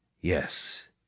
Yes